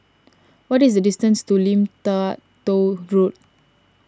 what is the distance to Lim Tua Tow Road